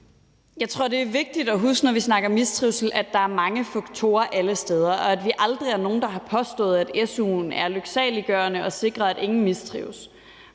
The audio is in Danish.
Jeg tror, det er vigtigt at huske, når vi snakker mistrivsel, at der er mange faktorer alle steder, og at vi aldrig har påstået, at su'en er lyksaliggørende og sikrer, at ingen mistrives.